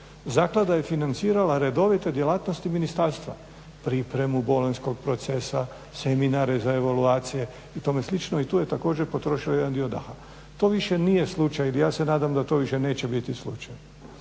zaklada je financirala redovite djelatnosti ministarstva. Pripremu goranskog procesa, seminare za evaluacije i tome slično i tu je također potrošen jedan dio davanja. To više nije slučaj, ja se nadam da to više neće biti slučaj.